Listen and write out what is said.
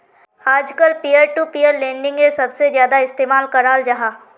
आजकल peer to peer लेंडिंगेर सबसे ज्यादा इस्तेमाल कराल जाहा